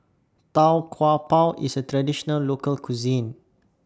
Tau Kwa Pau IS A Traditional Local Cuisine